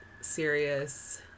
serious